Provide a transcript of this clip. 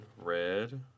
red